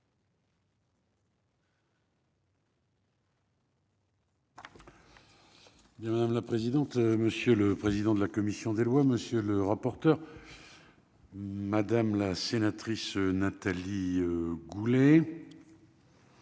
Madame la présidente, monsieur le président de la commission des lois, monsieur le rapporteur, madame la sénatrice Nathalie Goulet.